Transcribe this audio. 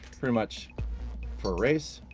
pretty much for a race,